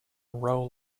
row